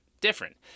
different